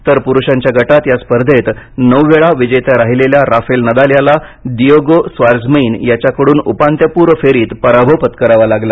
तर पुरुषांच्या गटात या स्पर्धेत नऊ वेळा विजेता राहिलेल्या राफेल नदाल याला डिएगो स्वार्जमैन याच्याकडून उपांत्यपूर्व फेरीत पराभव पत्करावा लागला